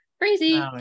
Crazy